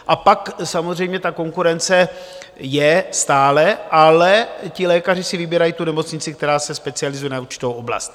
A pak samozřejmě ta konkurence je stále, ale lékaři si vybírají nemocnici, která se specializuje na určitou oblast.